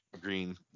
green